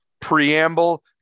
preamble